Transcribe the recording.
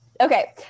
okay